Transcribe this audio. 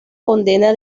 condena